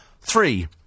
three